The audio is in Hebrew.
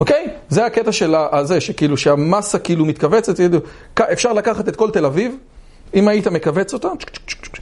אוקיי? זה הקטע של הזה, שכאילו שהמסה כאילו מתכווצת, אפשר לקחת את כל תל אביב, אם היית מכווץ אותו.